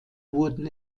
wurden